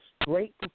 great